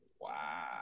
Wow